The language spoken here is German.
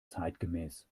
zeitgemäß